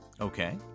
Okay